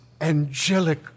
angelic